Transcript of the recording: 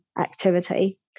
activity